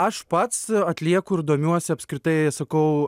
aš pats atlieku ir domiuosi apskritai sakau